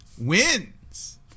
wins